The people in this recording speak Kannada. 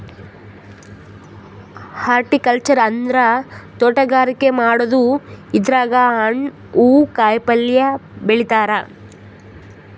ಹಾರ್ಟಿಕಲ್ಚರ್ ಅಂದ್ರ ತೋಟಗಾರಿಕೆ ಮಾಡದು ಇದ್ರಾಗ್ ಹಣ್ಣ್ ಹೂವಾ ಕಾಯಿಪಲ್ಯ ಬೆಳಿತಾರ್